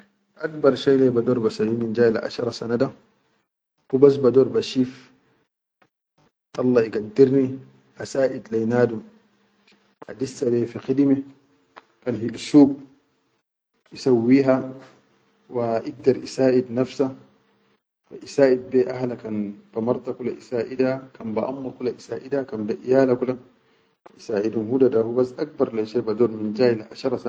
Akbar shai leyi bador basawwi minjay le ashara sana da, hubas bador ba shif Allah igaddir ni a saʼit le nadum addisa fi khidime kan hil suuk isawwiha, wa igdar isaʼid nafsa, wa isaʼid be a hala kan be mata kula isaida, kan be amma kula isaida, kan be iyala kula isaʼidum, hudada hubas akbar leyi bador minjay le.